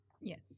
Yes